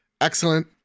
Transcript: excellent